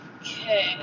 Okay